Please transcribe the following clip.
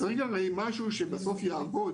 צריך גם משהו שבסוף יעבוד,